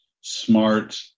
smart